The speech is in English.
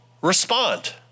respond